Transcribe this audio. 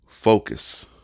focus